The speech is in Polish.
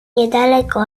niedaleko